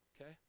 Okay